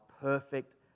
perfect